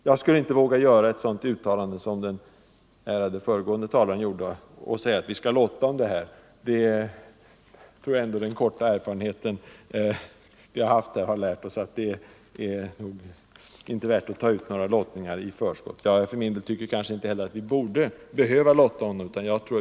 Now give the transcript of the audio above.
Jag skulle inte våga göra ett sådant uttalande som den föregående talaren, att vi skall lotta om detta. Erfarenheten har lärt oss att inte ta ut några lottningar i förskott. Jag tycker inte heller att vi borde behöva lotta om detta.